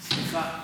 סליחה.